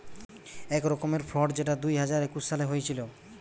এক রকমের ফ্রড যেটা দুই হাজার একুশ সালে হয়েছিল